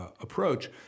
approach